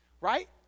right